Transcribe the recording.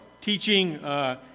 teaching